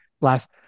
Last